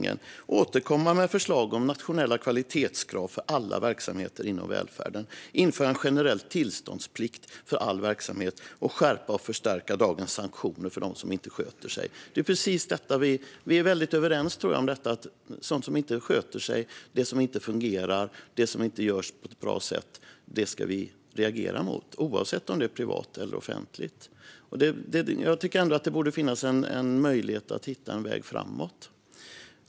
Det handlar om att återkomma med förslag om nationella kvalitetskrav för alla verksamheter inom välfärden, införande av en generell tillståndsplikt för all verksamhet samt skärpning och förstärkning av dagens sanktioner mot dem som inte sköter sig. Vi är väldigt överens om detta, tror jag. Vi ska reagera mot dem som inte sköter sig, det som inte fungerar och det som inte görs på ett bra sätt, oavsett om det är privat eller offentligt. Jag tycker att det borde finnas en möjlighet att hitta en väg framåt.